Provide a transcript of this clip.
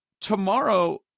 tomorrow